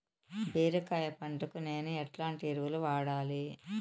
బీరకాయ పంటకు నేను ఎట్లాంటి ఎరువులు వాడాలి?